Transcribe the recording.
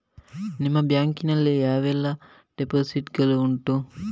ನಿಮ್ಮ ಬ್ಯಾಂಕ್ ನಲ್ಲಿ ಯಾವೆಲ್ಲ ಡೆಪೋಸಿಟ್ ಗಳು ಉಂಟು?